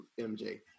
MJ